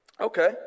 Okay